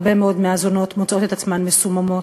הרבה מאוד מהזונות מוצאות את עצמן מסוממות